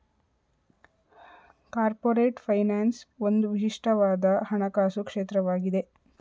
corporate finance ಒಂದು ವಿಶಿಷ್ಟವಾದ ಹಣಕಾಸು ಕ್ಷೇತ್ರವಾಗಿದೆ